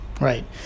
Right